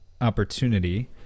opportunity